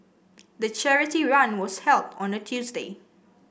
the charity run was held on a Tuesday